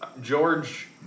George